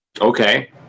Okay